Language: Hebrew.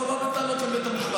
הוא לא בא בטענות אל בית המשפט.